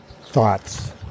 thoughts